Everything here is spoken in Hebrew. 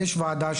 יש להם ועדה,